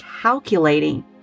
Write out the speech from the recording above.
calculating